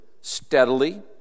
steadily